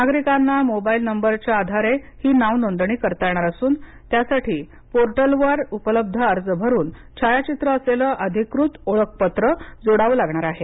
नागरिकांना मोबाईल नंबरच्या आधारे ही नावनोंदणी करता येणार असून त्यासाठी पोर्टल वर उपलब्ध अर्ज भरून छायाचित्र असलेलं अधिकृत ओळखपत्र जोडावं लागणार आहे